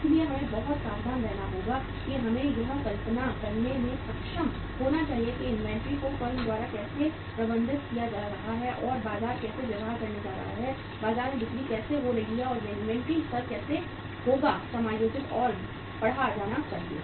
इसलिए हमें बहुत सावधान रहना होगा कि हमें यह कल्पना करने में सक्षम होना चाहिए कि इन्वेंट्री को फर्म द्वारा कैसे प्रबंधित किया जा रहा है और बाजार कैसे व्यवहार करने जा रहा है बाजार में बिक्री कैसे हो रही है और इन्वेंट्री स्तर कैसे होगा समायोजित और पढ़ा जाना चाहिए